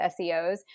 SEOs